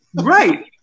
Right